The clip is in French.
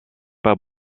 pas